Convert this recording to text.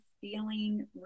feeling